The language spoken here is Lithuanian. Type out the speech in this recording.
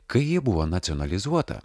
kai ji buvo nacionalizuota